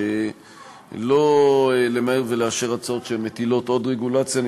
שלא למהר ולאשר הצעות שמטילות עוד רגולציה.